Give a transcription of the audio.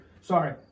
Sorry